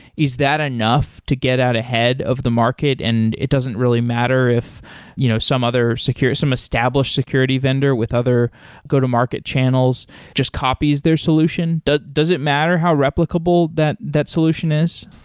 is that enough to get out ahead of the market and it doesn't really matter if you know some other secure some established security vendor with other go-to market channels just copies their solution? does does it matter how replicable that that solution is?